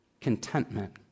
contentment